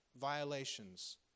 violations